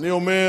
אני אומר